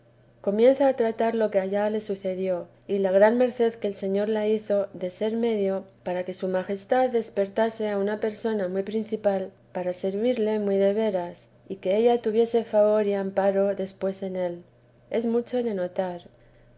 comienza a tratar lo que allá le sucedió y la gran merced que el señor la hizo de ser medio para que su majestad despertase a una persona muy principal para servirle muy de veras y que ella tuviese favor y amparo después en él es mucho de notar